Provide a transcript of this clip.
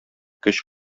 көч